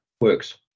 works